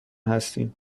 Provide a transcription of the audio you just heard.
هستیم